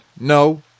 no